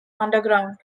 underground